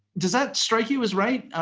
does that strike you as right?